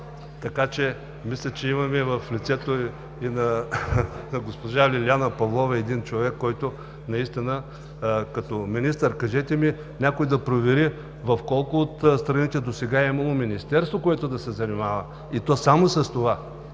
доклад“. Мисля, че в лицето на госпожа Лиляна Павлова имаме един човек, който наистина като министър… Кажете ми, някой да провери: в колко от страните досега е имало министерство, което да се занимава, и то само с това?